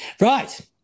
Right